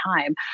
time